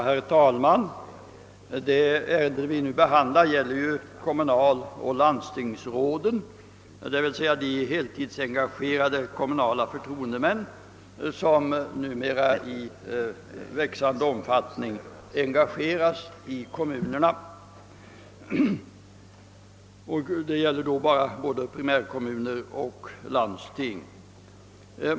Herr talman! Det ärende vi nu behandlar gäller ju kommunaloch landstingsråden, d.v.s. de heltidsengagerade kommunala förtroendemän som numera i växande omfattning tillsätts i primärkommuner och landsting.